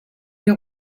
les